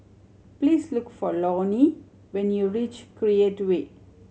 please look for Loree when you reach Create Way